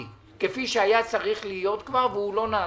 כפי שהיה צריך להיות כבר והוא לא נעשה.